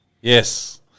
Yes